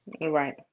right